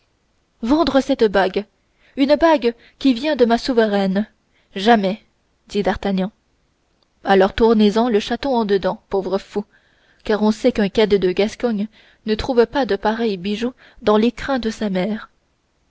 vendre cette bague une bague qui vient de ma souveraine jamais dit d'artagnan alors tournez en le chaton en dedans pauvre fou car on sait qu'un cadet de gascogne ne trouve pas de pareils bijoux dans l'écrin de sa mère